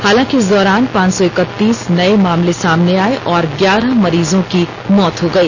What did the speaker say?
हालांकि इस दौरान पांच सौ इकतीस नए मामले सामने आए और ग्यारह मरीजों की मौत हो गई